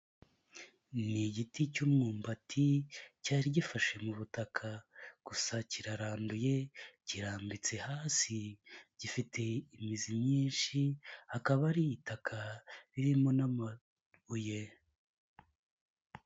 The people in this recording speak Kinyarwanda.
Ni igiti cy'ummbati cyari gifashe mu butaka gusa kiraranduye kirambitse hasi gifite imizi myinshi akaba ari itaka ririmo n'amabuye.